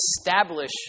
establish